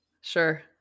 Sure